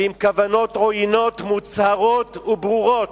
ועם כוונות עוינות מוצהרות וברורות,